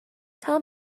tell